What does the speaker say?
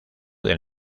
del